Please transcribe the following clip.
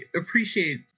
appreciate